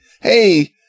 hey